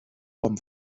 vom